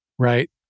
right